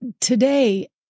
Today